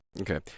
Okay